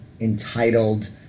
entitled